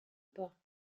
pas